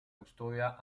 custodia